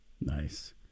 nice